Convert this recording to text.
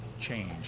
change